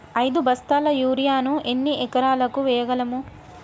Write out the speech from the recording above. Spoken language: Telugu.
ఐదు బస్తాల యూరియా ను ఎన్ని ఎకరాలకు వేయగలము?